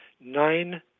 nine